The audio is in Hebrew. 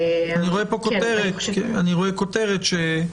אני רואה כותרת שאומרת,